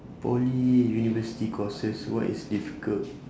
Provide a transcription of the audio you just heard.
poly university courses what is difficult